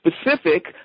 specific